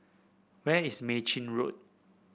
where is Mei Chin Road